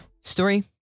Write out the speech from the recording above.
Story